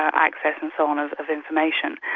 access and so on, of of information.